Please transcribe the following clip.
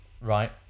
Right